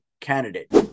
candidate